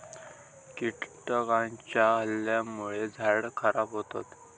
कीटकांच्या हल्ल्यामुळे झाडा खराब होतत